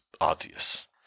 obvious